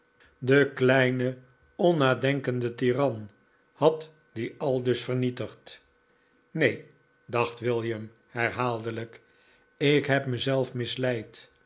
laten dekleine onnadenkende tiran had die aldus vernietigd neen dacht william herhaaldelijk ik heb mezelf misleid